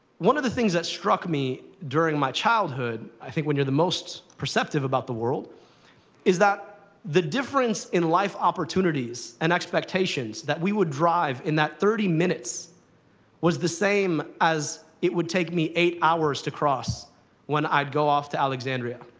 one of the things that struck me during my childhood i think when you're the most perceptive about the world is that the difference in life opportunities and expectations that we would drive in that thirty minutes was the same as it would take me eight hours to cross when i'd go off to alexandria.